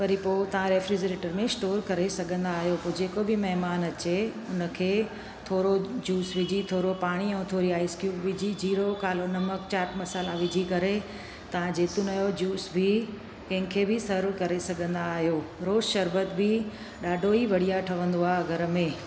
वरी पोइ तव्हां रेफरीजरेटर में स्टोर करे सघंदा आहियो जेको बि महिमान अचे उन खे थोरो जूस विझी थोरो पाणी ऐं थोरी आइस क्यूब विझी जीरो कालो नमक चाट मसाला विझी करे तव्हां जेतुनि जो जूस बि कंहिंखे बि सर्व करे सघंदा आहियो रोज़ शरबत बि ॾाढो ई बढ़िया ठहंदो आहे घर में